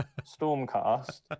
Stormcast